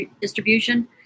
distribution